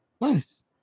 Nice